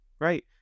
Right